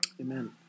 Amen